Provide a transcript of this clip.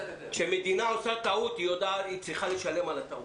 כשמדינה עושה טעות היא צריכה לשלם על הטעות.